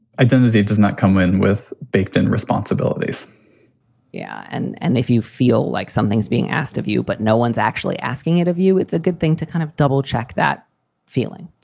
identity does not come in with bakhtin responsibilities yeah. and and if you feel like something's being asked of you but no one's actually asking it of you, it's a good thing to kind of double check that feeling.